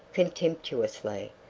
contemptuously.